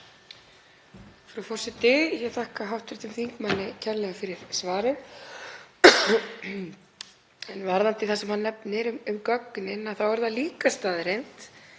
Frú forseti. Ég þakka hv. þingmanni kærlega fyrir svarið. Varðandi það sem hann nefnir um gögnin er það líka staðreynd,